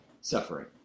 suffering